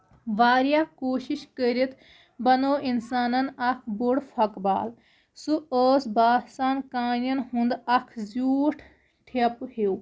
واریاہ کوٗشِش کٔرِتھ بَنو اِنسانن اکھ بوٚڑ پھۄکہٕ بال سُہ ٲسۍ باسان کانین ہُند اکھ زیوٗٹھ ٹھیپہٕ ہیوٗ